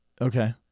Okay